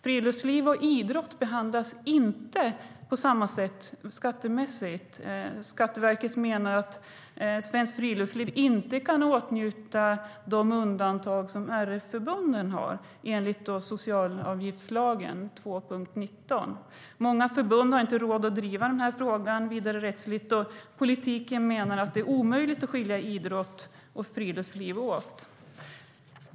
Friluftsliv och idrott behandlas inte på samma sätt skattemässigt. Skatteverket menar att Svenskt Friluftsliv inte kan åtnjuta de undantag som RF-förbunden har enligt socialavgiftslagen 2 kap. 19 §. Många förbund har inte råd att driva den här frågan vidare rättsligt, och politiken menar att det är omöjligt att skilja idrott och friluftsliv åt.